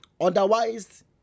Otherwise